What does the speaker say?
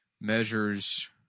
measures